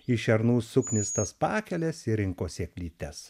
į šernų suknistas pakeles ir rinko sėklytes